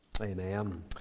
Amen